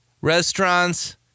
restaurants